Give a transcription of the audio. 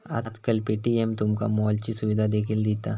आजकाल पे.टी.एम तुमका मॉलची सुविधा देखील दिता